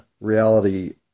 reality